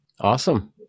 Awesome